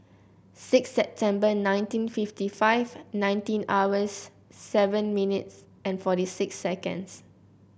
six September nineteen fifty five nineteen hours seven minutes and forty six seconds